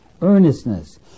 earnestness